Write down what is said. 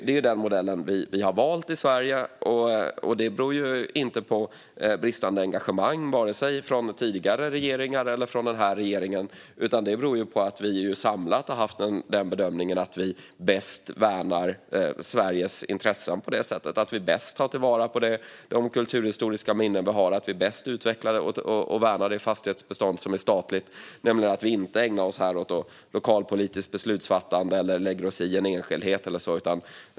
Det är den modellen vi har valt i Sverige. Det beror inte på bristande engagemang från vare sig tidigare regeringar eller den här regeringen, utan det beror på att vi samlat har gjort bedömningen att vi bäst värnar Sveriges intressen på det sättet. På så sätt tar vi bäst till vara kulturhistoriska minnen och det statliga fastighetsbeståndet. På så sätt ägnar vi oss här inte åt lokalpolitiskt beslutsfattande eller lägger oss i en enskildhet.